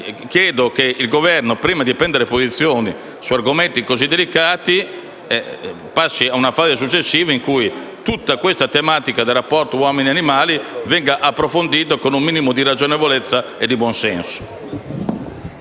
Chiedo che il Governo, prima di assumere posizioni su argomenti così delicati, passi a una fase successiva in cui il tema del rapporto uomini e animali venga approfondito con un minimo di ragionevolezza e di buonsenso.